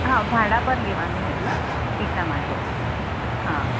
હા ભાડા પર લેવાનું હતું એટલા માટે હા